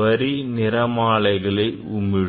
வரி நிறமாலைகளை உமிழும்